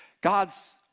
God's